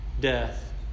death